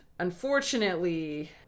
Unfortunately